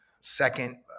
second